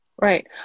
Right